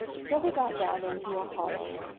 till they got down into a hollow,